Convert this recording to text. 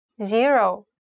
zero